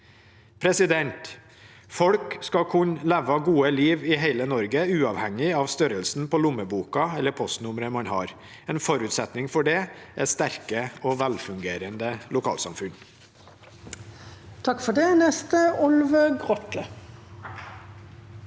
Folk skal kunne leve gode liv i hele Norge uavhengig av størrelsen på lommeboka eller postnummeret man har. En forutsetning for det er sterke og velfungerende lokalsamfunn. Olve Grotle